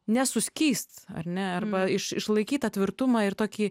nesuskyst ar ne arba iš išlaikyt tą tvirtumą ir tokį